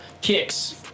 kicks